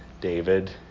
David